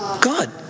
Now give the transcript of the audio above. God